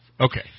Okay